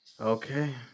Okay